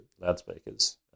loudspeakers